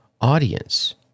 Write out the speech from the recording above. audience